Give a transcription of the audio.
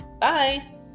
bye